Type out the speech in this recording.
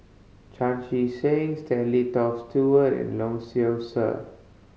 Chan Chee Seng Stanley Toft Stewart and Lee Seow Ser